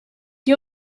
che